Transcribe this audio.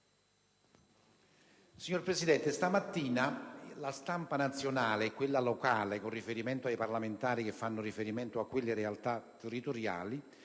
Signor Presidente, stamattina la stampa nazionale ed anche quella locale (con riferimento ai parlamentari eletti in quelle realtà territoriali)